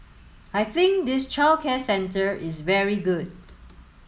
I think this childcare centre is very good